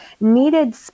needed